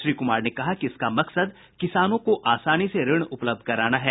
श्री कुमार ने कहा कि इसका मकसद किसानों को आसानी से ऋण उपलब्ध कराना है